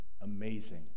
amazing